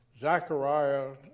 Zechariah